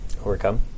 overcome